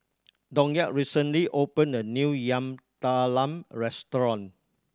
Donat recently opened a new Yam Talam restaurant